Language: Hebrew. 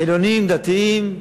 חילונים, דתיים,